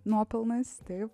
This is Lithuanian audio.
nuopelnas taip